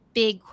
big